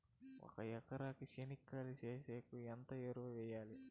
ఒక ఎకరా చెనక్కాయ చేనుకు ఎంత ఎరువులు వెయ్యాలి?